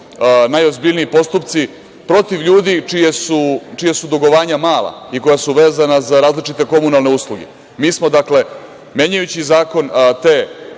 najozbiljniji postupci protiv ljudi čija su dugovanja mala i koja su vezana za različite komunalne usluge, mi smo menjajući zakon te